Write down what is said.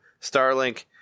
Starlink